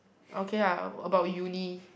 okay lah about Uni